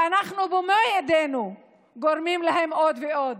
שאנחנו במו ידינו גורמים להם עוד ועוד.